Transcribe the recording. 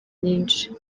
myinshi